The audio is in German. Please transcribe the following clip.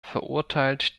verurteilt